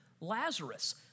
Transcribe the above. Lazarus